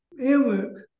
Airwork